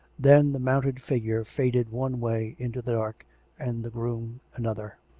then the mounted figure faded one way into the dark and the groom another.